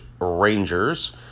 Rangers